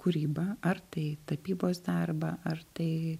kūrybą ar tai tapybos darbą ar tai